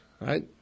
right